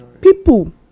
People